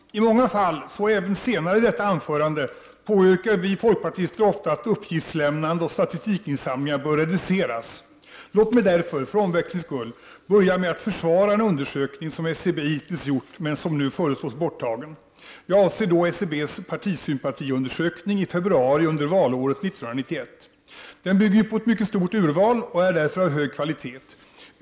Herr talman! I många fall — så även senare i detta anförande — påyrkar vi folkpartister ofta att uppgiftsinlämnande och statistikinsamlingar bör reduceras. Låt mig därför, för omväxlings skull, börja med att försvara en undersökning som SCB hittills gjort men som nu föreslås borttagen. Jag avser då SCB:s partisympatiundersökning i februari under valåret 1991. Den bygger ju på ett mycket stort urval, och den är därför av hög kvalitet.